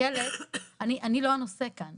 אני לא הנושא כאן.